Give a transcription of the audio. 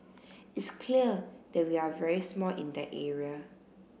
it's clear that we are very small in that area